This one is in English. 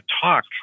talk